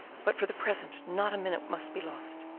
but for the present not a minute must be lost.